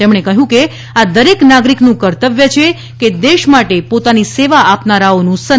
તેમણે કહયું કે આ દરેક નાગરીકનું કર્તવ્ય છે કે દેશ માટે પોતાની સેવા આપનારાઓનું સન્માન કરે